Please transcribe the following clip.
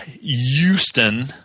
Houston